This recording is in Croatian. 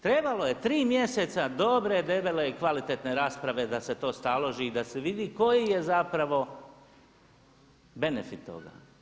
Trebalo je 3 mjeseca dobre, debele i kvalitetne rasprave da se to staloži i da se vidi koji je zapravo benefit toga.